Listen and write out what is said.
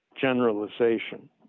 generalization